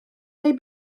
neu